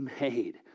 made